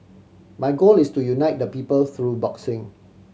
my goal is to unite the people through boxing